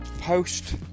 post